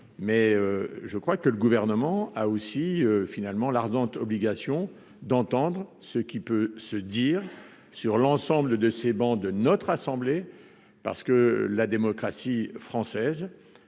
mais je crois que le gouvernement a aussi finalement l'ardente obligation d'entendre ce qui peut se dire sur l'ensemble de ces bancs de notre assemblée parce que la démocratie française